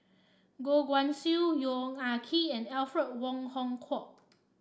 Goh Guan Siew Yong Ah Kee and Alfred Wong Hong Kwok